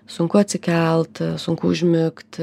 sunku atsikelt sunku užmigt